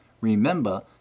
Remember